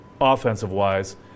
offensive-wise